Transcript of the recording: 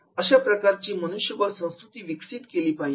अशा प्रकारची मनुष्यबळ संस्कृती विकसित केली पाहिजे